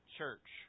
church